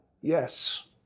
Yes